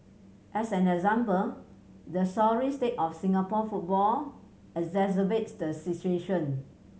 as an example the sorry state of Singapore football exacerbates the situation